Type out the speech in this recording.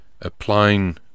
applying